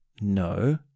no